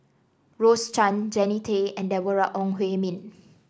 Rose Chan Jannie Tay and Deborah Ong Hui Min